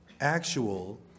actual